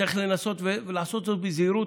צריך לנסות לעשות זאת בזהירות,